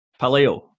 paleo